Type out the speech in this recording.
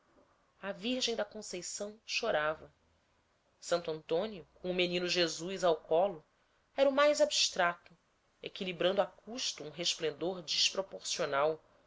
a virgem da conceição chorava santo antônio com o menino jesus ao colo era o mais abstrato equilibrando a custo um resplendor desproporcional